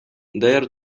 даяр